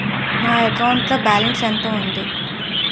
నా అకౌంట్ లో బాలన్స్ ఎంత ఉంది?